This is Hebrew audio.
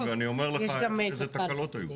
ואני אומר לך איזה תקלות היו.